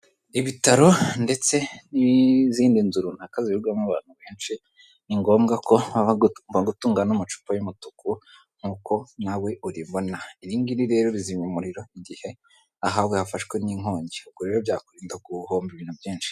Ibitaro ndetse n'izindi nzu runaka zihurirwamo abantu benshi, ni ngombwa ko baba bagomba gutunga ano amacupa y'umutuku nk'uko nawe uribona, iri ngiri rero rizimya umuriro, igihe ahaba hafashwe nk'inkongi ubwo rero byakurinda guhomba ibintu byinshi.